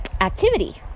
activity